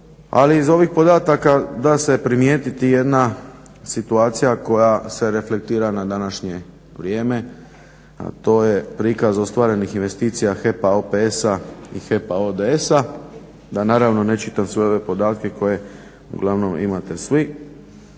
Ali iz ovih podataka da se primijetiti jedna situacija koja se reflektira na današnje vrijeme, a to je prikaz ostvarenih investicija HEP-a OPS-a i HEP-a ODS-a da naravno ne čitam sve ove podatke koje uglavnom imate svi.